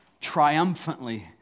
triumphantly